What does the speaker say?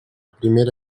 primera